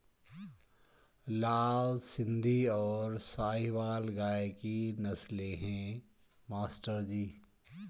लाल सिंधी और साहिवाल गाय की नस्लें हैं मास्टर जी